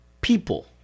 people